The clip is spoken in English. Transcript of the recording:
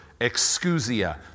excusia